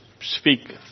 speak